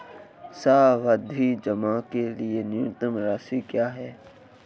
सावधि जमा के लिए न्यूनतम राशि क्या है?